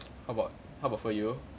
how about how about for you